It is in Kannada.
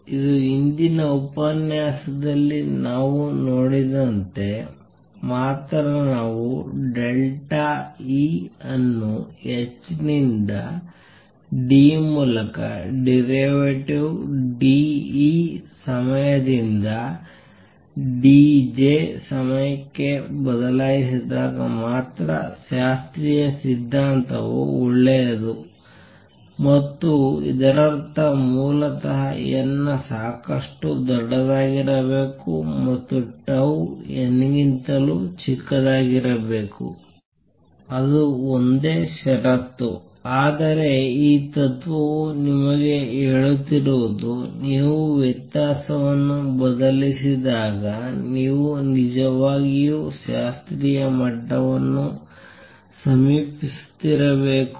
ಇದು ಹಿಂದಿನ ಉಪನ್ಯಾಸದಲ್ಲಿ ನಾವು ನೋಡಿದಂತೆ ಮಾತ್ರ ನಾವು ಡೆಲ್ಟಾ E ಅನ್ನು h ನಿಂದ d ಮೂಲಕ ಡಿರವೇಟಿವ್ d E ಸಮಯದಿಂದ d j ಸಮಯಕ್ಕೆ ಬದಲಾಯಿಸಿದಾಗ ಮಾತ್ರ ಶಾಸ್ತ್ರೀಯ ಸಿದ್ಧಾಂತವು ಒಳ್ಳೆಯದು ಮತ್ತು ಇದರರ್ಥ ಮೂಲತಃ n ಸಾಕಷ್ಟು ದೊಡ್ಡದಾಗಿರಬೇಕು ಮತ್ತು ಟೌ n ಗಿಂತಲೂ ಚಿಕ್ಕದಾಗಿರಬೇಕು ಅದು ಒಂದೇ ಷರತ್ತು ಆದರೆ ಈ ತತ್ವವು ನಿಮಗೆ ಹೇಳುತ್ತಿರುವುದು ನೀವು ವ್ಯತ್ಯಾಸವನ್ನು ಬದಲಿಸಿದಾಗ ನೀವು ನಿಜವಾಗಿಯೂ ಶಾಸ್ತ್ರೀಯ ಮಟ್ಟವನ್ನು ಸಮೀಪಿಸುತ್ತಿರಬೇಕು